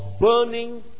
burning